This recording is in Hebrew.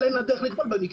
אבל אין לה דרך לטבול במקוה.